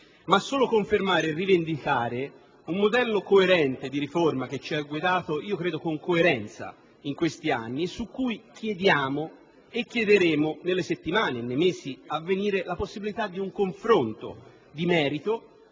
ma solo confermare e rivendicare un modello coerente di riforma che ci ha guidato con coerenza in questi anni e su cui chiediamo e chiederemo, nelle settimane e nei mesi a venire, la possibilità di un confronto di merito